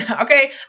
Okay